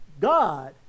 God